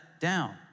down